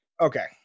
Okay